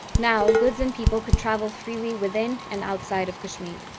now goods and people could travel freely within and outside of kashmir.